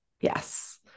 Yes